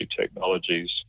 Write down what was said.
technologies